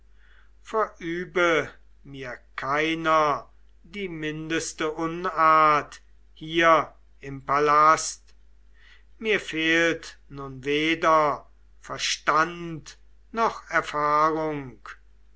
verübe mir keiner die mindeste unart hier im palast mir fehlt nun weder verstand noch erfahrung